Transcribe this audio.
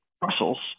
Brussels